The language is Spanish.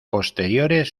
posteriores